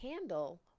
handle